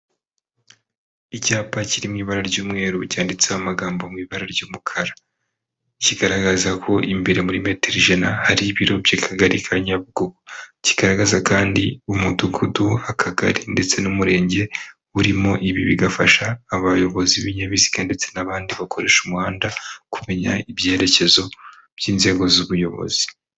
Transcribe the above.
Icyapa kiri mu ibara ry'umweru cyanditseho amagambo mu ibara ry'umukara, kigaragaza ko imbere muri metero ijana hari ibiro by'Akagari ka Nyabugo, kigaragaza kandi Umudugudu, Akagari ndetse n'Umurenge urimo, ibi bigafasha abayobozi b'ibinyabiziga ndetse n'abandi bakoresha umuhanda, kumenya ibyerekezo by'inzego z'ubuyobozi.